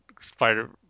Spider